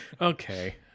Okay